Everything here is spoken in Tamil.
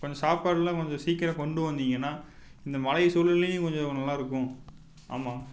கொஞ்சம் சாப்பாடெலாம் கொஞ்சம் சீக்கிரம் கொண்டு வந்திங்கன்னால் இந்த மழை சூழலையும் கொஞ்சம் நல்லாயிருக்கும் ஆமாம்